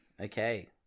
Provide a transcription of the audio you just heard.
Okay